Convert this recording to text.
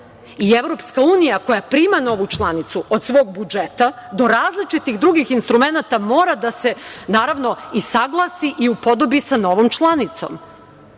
I EU koja prima novu članicu, od svog budžeta do različitih drugih instrumenata, mora da se, naravno, usaglasi i upodobi sa novom članicom.